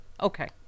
Okay